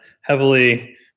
heavily